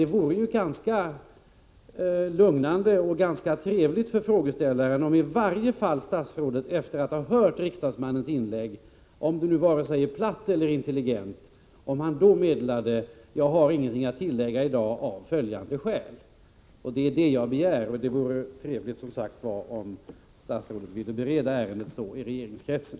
Det vore ändå ganska lugnande och trevligt för frågeställaren om statsrådet i varje fall efter att ha hört riksdagsmannens inlägg — vare sig detta är platt eller intelligent — meddelade: Jag har ingenting att tillägga i dag, av följande skäl. Det är vad jag begär, och det vore som sagt trevligt om statsrådet Carlsson ville bereda ärendet så i regeringskretsen.